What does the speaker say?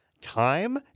time